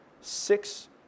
six